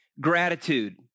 gratitude